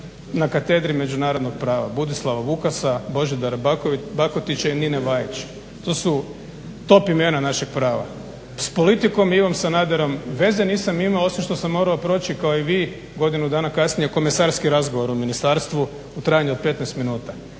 na Katedri međunarodnog prava Budislava Vukasa, Božidara Bakotića i Nine Vajač, to su top imena naših prava. S politikom Ivom Sanaderom veze nisam imao osim što sam morao proći kao i vi godinu dana kasnije komesarski razgovor o ministarstvu u trajanju od 15 minuta.